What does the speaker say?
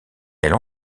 elle